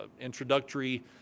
introductory